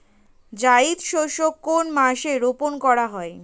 জায়িদ শস্য কোন মাসে রোপণ করা হয়?